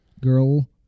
girl